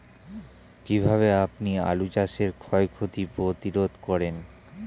কীভাবে আপনি আলু চাষের ক্ষয় ক্ষতি প্রতিরোধ করেন?